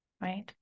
right